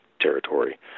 territory